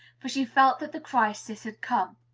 for she felt that the crisis had come.